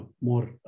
more